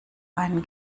einen